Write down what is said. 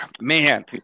Man